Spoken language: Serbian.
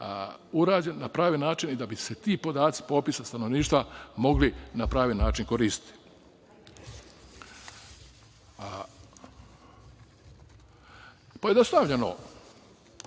urađen na pravi način i da bi se ti podaci popisa stanovništva mogli na pravi način koristiti. Pojednostavljeno,